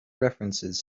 references